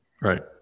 Right